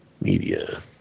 media